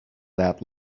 that